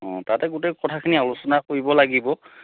অঁ তাতে গোটেই কথাখিনি আলোচনা কৰিব লাগিব